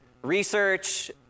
Research